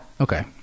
okay